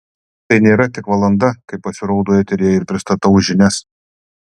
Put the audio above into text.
tai nėra tik valanda kai pasirodau eteryje ir pristatau žinias